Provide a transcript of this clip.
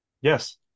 Yes